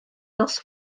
nos